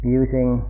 using